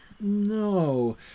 No